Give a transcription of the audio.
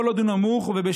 כל עוד הוא נמוך ובשליטה,